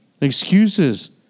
excuses